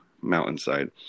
mountainside